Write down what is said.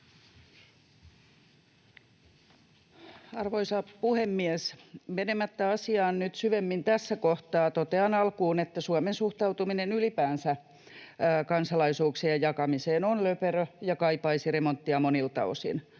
Arvoisa puhemies! Menemättä asiaan nyt syvemmin tässä kohtaa totean alkuun, että Suomen suhtautuminen ylipäänsä kansalaisuuksien jakamiseen on löperö ja kaipaisi remonttia monilta osin.